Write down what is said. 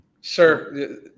Sir